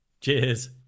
Cheers